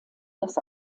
das